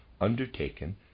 undertaken